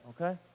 okay